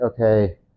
okay